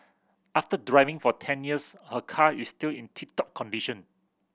after driving for ten years her car is still in tip top condition